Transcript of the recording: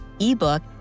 ebook